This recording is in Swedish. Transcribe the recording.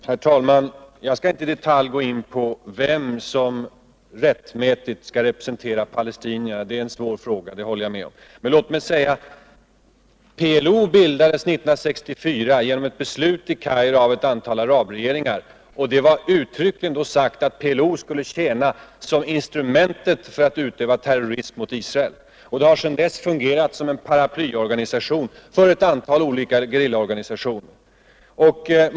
Herr talman! Jag skall inte i detalj gå in på vem som rättmätigt skall representera palestinierna. Det är en svår fråga, det håller jag med om. Men låt mig säga: PLO bildades 1964 genom ett beslut i Kairo av ett antal arabregeringar, och det sadés då uttryckligen att PLO skulle tjäna som instrument för att utöva terrorism mot Israel. Den har sedan dess fungerat som en paraplyorganisation för ett antal olika gerillaorganisationer.